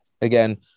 again